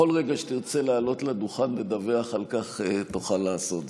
בכל רגע שתרצה לעלות לדוכן לדווח על כך תוכל לעשות זאת.